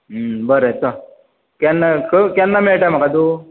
बरें चल केन्ना खंय केन्ना मेळटाय म्हाका तूं